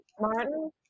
martin